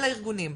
אל הארגונים,